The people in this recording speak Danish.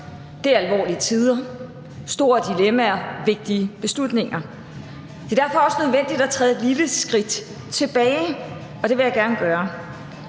Det er alvorlige tider med store dilemmaer og vigtige beslutninger. Det er derfor også nødvendigt at træde et lille skridt tilbage, og det vil jeg gerne gøre.